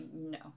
no